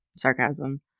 sarcasm